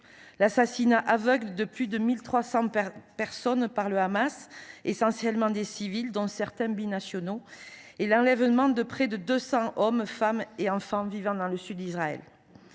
l’assassinat aveugle de plus de 1 300 personnes par le Hamas, essentiellement des civils, dont certains binationaux, et l’enlèvement de près de 200 hommes, femmes et enfants vivant dans le sud du pays.